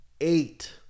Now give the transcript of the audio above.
eight